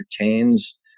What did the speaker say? entertains